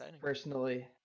personally